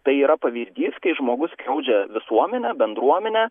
tai yra pavyzdys kai žmogus skriaudžia visuomenę bendruomenę